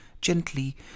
gently